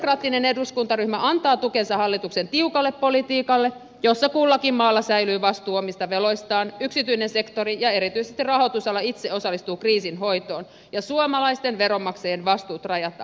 sosialidemokraattinen eduskuntaryhmä antaa tukensa hallituksen tiukalle politiikalle jossa kullakin maalla säilyy vastuu omista veloistaan yksityinen sektori ja erityisesti rahoitusala itse osallistuu kriisin hoitoon ja suomalaisten veronmaksajien vastuut rajataan